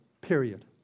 Period